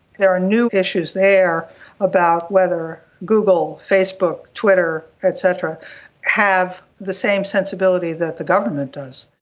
there are new issues there about whether google, facebook, twitter, et cetera have the same sensibility that the government does.